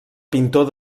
pintor